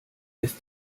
ist